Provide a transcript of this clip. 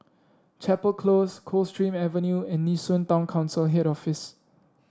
Chapel Close Coldstream Avenue and Nee Soon Town Council Head Office